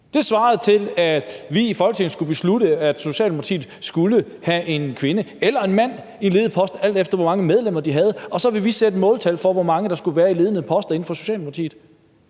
Det svarer til, at vi i Folketinget skulle beslutte, at Socialdemokratiet skulle have en kvinde eller en mand i en ledende post, alt efter hvor mange medlemmer de havde, og at vi så ville sætte måltal for, hvor mange der skulle være i ledende poster inden for Socialdemokratiet.